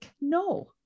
no